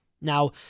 Now